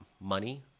money